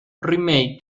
remake